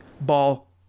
ball